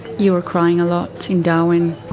you were crying a lot in darwin.